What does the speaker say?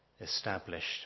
established